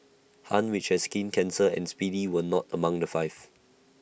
han which had skin cancer and speedy were not among the five